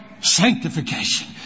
sanctification